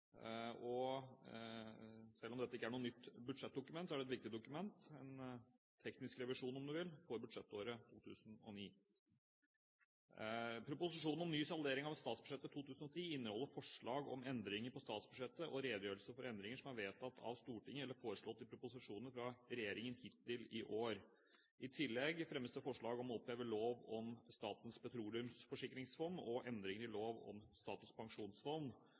Selv om dette ikke er noe nytt budsjettdokument, er det et viktig dokument – en teknisk revisjon, om man vil – for budsjettåret 2010. Proposisjonen om ny saldering av statsbudsjettet for 2010 inneholder forslag om endringer på statsbudsjettet og redegjørelse for endringer som er vedtatt av Stortinget eller foreslått i proposisjoner fra regjeringen hittil i år. I tillegg fremmes det forslag om å oppheve lov om Statens petroleumsforsikringsfond og endringer i lov om Statens pensjonsfond